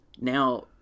now